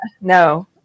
No